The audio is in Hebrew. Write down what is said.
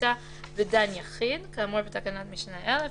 לתיתה בדן יחיד כאמור בתקנת משנה (א)